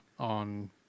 on